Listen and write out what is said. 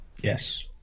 yes